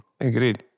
agreed